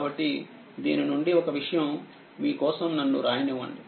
కాబట్టి దీని నుండిఒక విషయం మీకోసం నన్ను రాయనివ్వండి